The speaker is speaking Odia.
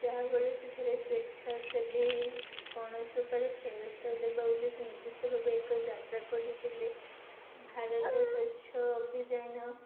ଯାହାଫଳରେ ସେଥିରେ ସ୍ୱେଚ୍ଛାସେବି କୌଣସି ଉପରେ ଫେରସ୍ତ ଦେବା ଉଦ୍ଦେଶ୍ୟ ନିର୍ଦ୍ଧିଷ୍ଟ ଭାବେ ଏକ ଯାତ୍ରା କରିଥିଲେ ଭାରତ ସ୍ୱଚ୍ଛ ଅଭିଯାନ